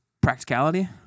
Practicality